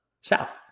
South